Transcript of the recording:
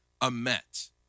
amet